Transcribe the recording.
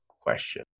question